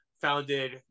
founded